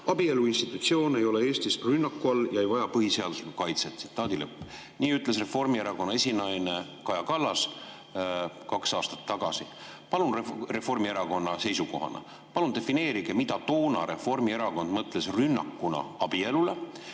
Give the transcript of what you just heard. Abielu institutsioon ei ole Eestis rünnaku all ja ei vaja põhiseaduslikku kaitset." Nii ütles Reformierakonna esinaine Kaja Kallas kaks aastat tagasi Reformierakonna seisukohana. Palun defineerige, mida toona Reformierakond mõtles rünnaku all abielule.